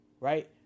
Right